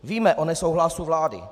Víme o nesouhlasu vlády.